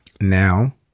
Now